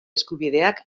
eskubideak